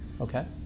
Okay